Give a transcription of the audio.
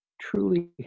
Truly